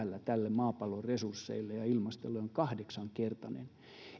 maapallon resursseille ja ilmastolle on kahdeksankertainen